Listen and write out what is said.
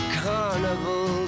carnival